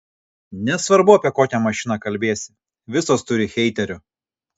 nesvarbu apie kokią mašiną kalbėsi visos turi heiterių